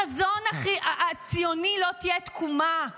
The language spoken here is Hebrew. לחזון הציוני לא תהיה תקומה.